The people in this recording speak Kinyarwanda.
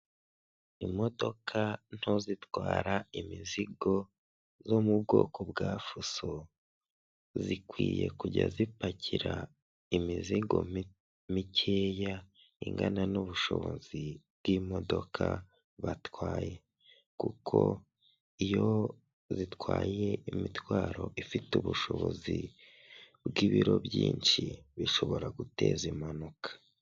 Imodoka nto zitwara imizigo zo mu bwoko bwa fuso zikwiye kujya zipakira imizigo mikeya ingana n'ubushobozi bw'imodoka batwaye kuko iyo zitwaye imitwaro ifite ubushobozi bw'ibiro byinshi bishobora guteza impanuka